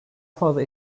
fazla